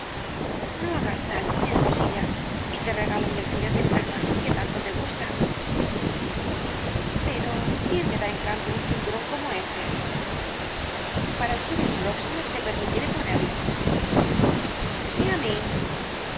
no hagas tal chismosilla y te regalo mi alfiler de plata que tanto te gusta pero quién me da en cambio un cinturón como ése para el jueves próximo te permitiré ponerlo y á mí